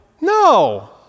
No